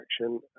action